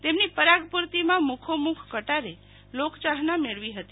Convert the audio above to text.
તેમની પરાગ પૂર્તિમાં મુખોમુખ કટારે લોકચાહના મેળવી હતી